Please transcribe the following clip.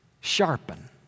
sharpen